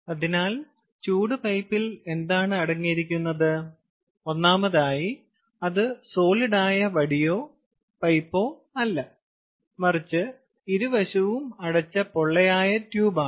അതിനാൽ ചൂട് പൈപ്പിൽ എന്താണ് അടങ്ങിയിരിക്കുന്നത് ഒന്നാമതായി അത് ഒരു സോളിഡായ വടിയോ പൈപ്പോ അല്ല മറിച്ച് ഇരുവശവും അടച്ച പൊള്ളയായ ട്യൂബാണ്